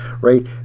right